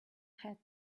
hat